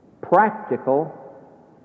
practical